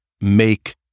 make